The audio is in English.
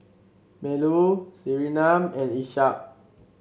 Melur Surinam and Ishak